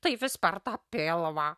tai vis per tą pilvą